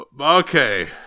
Okay